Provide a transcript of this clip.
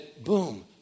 boom